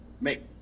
Make